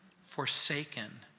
forsaken